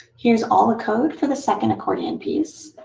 here's all the code for the second accordion piece